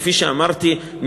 כפי שאמרתי,